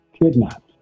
kidnapped